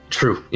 true